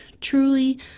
truly